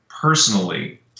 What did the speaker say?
personally